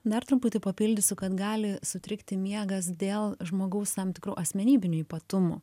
dar truputį papildysiu kad gali sutrikti miegas dėl žmogaus tam tikrų asmenybinių ypatumų